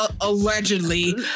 Allegedly